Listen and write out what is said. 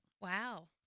Wow